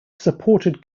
supported